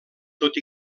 tot